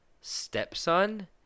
stepson